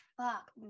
Fuck